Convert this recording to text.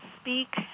speak